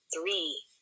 three